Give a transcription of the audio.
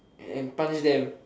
and and punch them